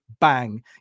bang